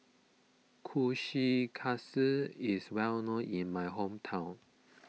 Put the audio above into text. Kushikatsu is well known in my hometown